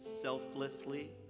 selflessly